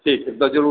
ठीक छै तऽ जरूर